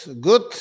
Good